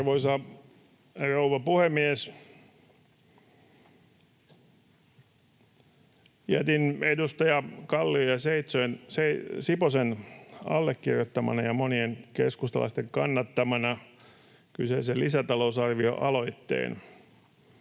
Arvoisa rouva puhemies! Jätin edustaja Kallin ja edustaja Siposen allekirjoittamana ja monien keskustalaisten kannattamana kyseisen lisätalousar-vioaloitteen: